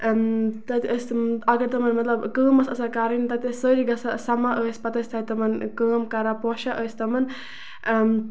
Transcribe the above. تَتہِ ٲسۍ تٔمۍ اَگر تِمَن مطلب کٲم ٲسۍ آسان کَرٕنۍ تَتہِ ٲسۍ سٲری گژھان سَمان ٲسۍ پَتہٕ ٲسۍ تِمَن پَتہٕ کٲم کران پوشان ٲسۍ تِمَن